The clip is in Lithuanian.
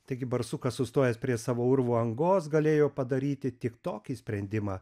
taigi barsukas sustojęs prie savo urvo angos galėjo padaryti tik tokį sprendimą